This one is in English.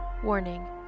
Warning